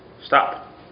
stop